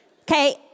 Okay